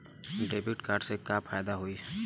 Debit card से का फायदा होई?